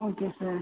okay sir